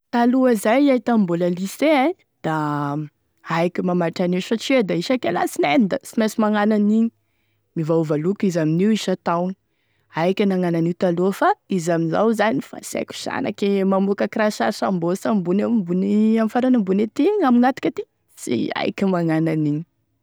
Taloha zay, iay tamin'ny mbola lycée a da haiko e mamatotry an'io satria da isaky e lasinainy da tsy maintsy manao an'igny, miovaova loko izy amin'io isan-taogny, haiko e nagnano io taloha fa izy amizao zany fa sy haiko sh anaky e mamoaky akoraha sary sambosa ambony iny ame farany ambony aty ame hatoky ety igny sy aiko e magnano an'igny.